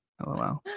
LOL